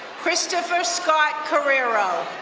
christopher scott carrero.